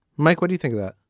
mike what do you think of that.